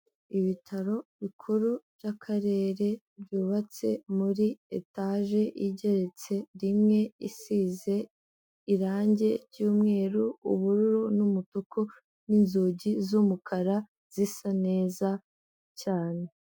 Ibitaro bikuru by'akarere byubatse muri etaje igeretse rimwe isize irangi ry'umweru, ubururu, n'umutuku, n'inzugi z'umukara zisa neza cyane.